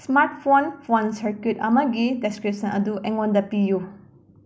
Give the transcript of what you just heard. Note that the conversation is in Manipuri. ꯁ꯭ꯃꯥꯔꯠꯐꯣꯟ ꯐꯣꯟ ꯁꯔꯀꯤꯠ ꯑꯃꯒꯤ ꯗꯦꯁꯀ꯭ꯔꯤꯞꯁꯟ ꯑꯗꯨ ꯑꯩꯉꯣꯟꯗ ꯄꯤꯌꯨ